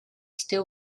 still